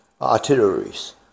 artilleries